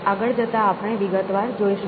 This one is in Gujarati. આગળ જતા આપણે વિગતવાર જોઈશું